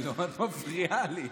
את מפריעה לי.